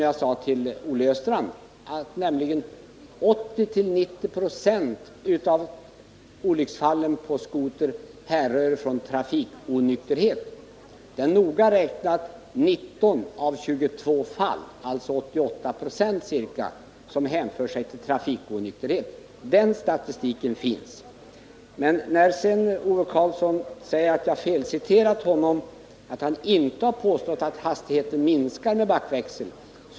Jag sade till Olle Östrand att mellan 80 och 90 26 av alla olyckor med skotrar härrör från trafikonykterhet. Det är noga räknat 19 av 22 olyckor, alltså ca 88 20, som hänför sig till trafikonykterhet. Den statistiken finns. Ove Karlsson säger vidare att jag felciterade honom och att han inte påstått att hastigheten minskar med backväxel.